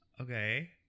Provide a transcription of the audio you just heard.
Okay